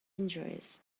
injuries